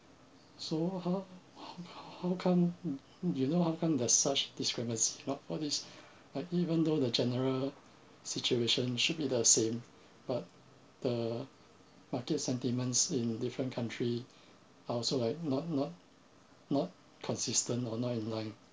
so how how how come you know how come there's such discrepancy a lot for this like even though the general situation should be the same but the market sentiments in different country are also like not not not consistent or not in line